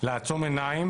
לעצום עיניים